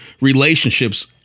relationships